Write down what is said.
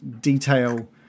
detail